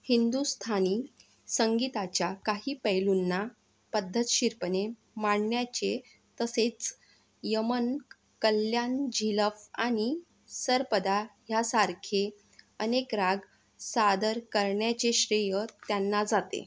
हिंदुस्थानी संगीताच्या काही पैलूंना पद्धतशीरपणे मांडण्याचे तसेच यमन कल्याण झीलफ आणि सरपदा ह्यांसारखे अनेक राग सादर करण्याचे श्रेय त्यांना जाते